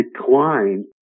decline